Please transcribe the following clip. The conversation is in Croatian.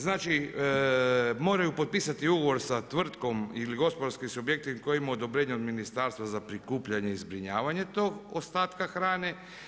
Znači moraju potpisati ugovor sa tvrtkom ili gospodarskim subjektom koji ima odobrenje od ministarstva za prikupljanje i zbrinjavanja tog ostatka hrane.